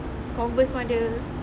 Converse pun ada